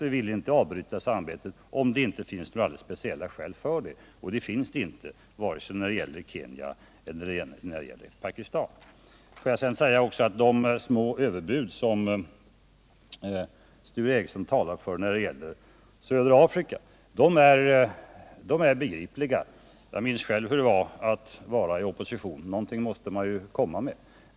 Vi vill inte avbryta samarbetet om det inte finns alldeles speciella skäl för det, och det finns det inte vare sig när det gäller Kenya eller när det gäller Pakistan. Låt mig sedan säga att de små överbud som Sture Ericson talar för när det gäller södra Afrika är begripliga. Jag minns själv hur det var att vara i opposition. Någonting måste man ju komma med.